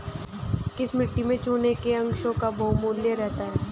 किस मिट्टी में चूने के अंशों का बाहुल्य रहता है?